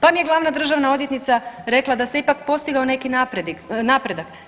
Pa mi je glavna državna odvjetnica rekla da se ipak postigao neki napredak.